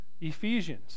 Ephesians